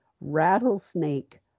rattlesnake